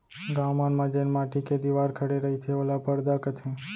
गॉंव मन म जेन माटी के दिवार खड़े रईथे ओला परदा कथें